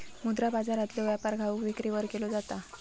मुद्रा बाजारातलो व्यापार घाऊक विक्रीवर केलो जाता